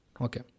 okay